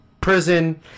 prison